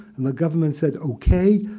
and the government said okay.